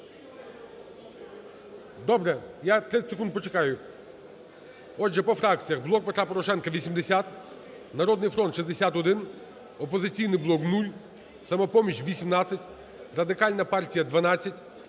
Добре. Я 30 секунд почекаю. Отже, по фракціях. "Блок Петра Порошенка" – 80, "Народний фронт" – 61, "Опозиційний блок" – 0, "Самопоміч" – 18, Радикальна партія –